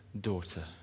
daughter